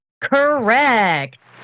Correct